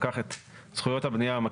טוב.